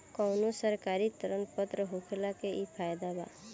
कवनो सरकारी ऋण पत्र होखला के इ फायदा बा